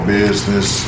business